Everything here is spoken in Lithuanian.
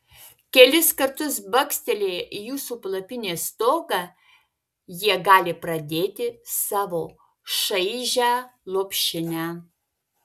kelis kartus bakstelėję į jūsų palapinės stogą jie gali pradėti savo šaižią lopšinę